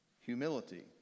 humility